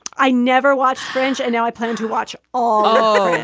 i never watch french. and now i plan to watch oh,